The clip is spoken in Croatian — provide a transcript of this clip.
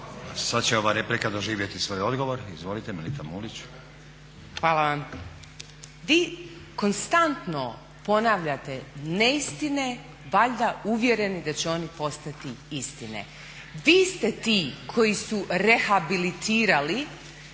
Sad će ova replika doživjeti svoj odgovor. Izvolite Melita Mulić. **Mulić, Melita (SDP)** Hvala vam. Vi konstantno ponavljate neistine, valjda uvjereni da će oni postati istine. Vi ste ti koji su rehabilitirali